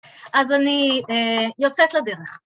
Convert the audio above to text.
אז אני יוצאת לדרך.